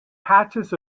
patches